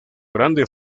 grande